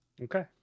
okay